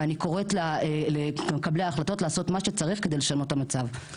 ואני קוראת למקבלי ההחלטות לעשות מה שצריך כדי לשנות את המצב.